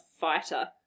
fighter